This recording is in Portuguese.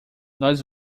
nós